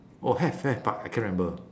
oh have have but I cannot remember